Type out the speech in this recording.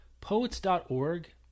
Poets.org